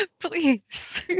please